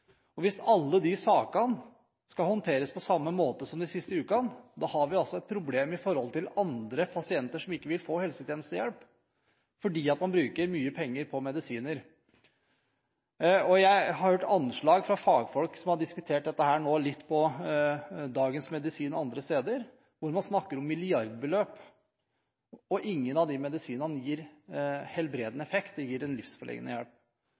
behandling. Hvis alle de sakene skal håndteres på samme måte som de siste ukenes saker, har vi et problem med tanke på andre pasienter, som ikke vil få helsetjenestehjelp fordi man bruker mye penger på medisiner. Jeg har hørt anslag fra fagfolk som har diskutert dette litt både i Dagens Medisin og andre steder, hvor man snakker om milliardbeløp. Ingen av disse medisinene gir helbredende effekt, de gir en livsforlengende hjelp.